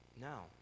No